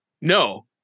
No